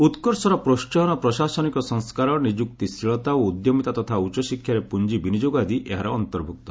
ଉତ୍କର୍ଷର ପ୍ରୋହାହନ ପ୍ରଶାସନିକ ସଂସ୍କାର ନିଯୁକ୍ତିଶୀଳତା ଓ ଉଦ୍ୟମିତା ତଥା ଉଚ୍ଚଶିକ୍ଷାରେ ପୁଞ୍ଜି ବିନିଯୋଗ ଆଦି ଏହାର ଅନ୍ତର୍ଭୁକ୍ତ